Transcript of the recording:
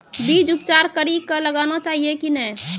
बीज उपचार कड़ी कऽ लगाना चाहिए कि नैय?